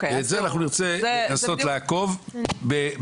את זה אחנו נרצה לנסות לעקוב במקביל,